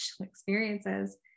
experiences